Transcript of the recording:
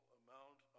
amount